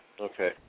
Okay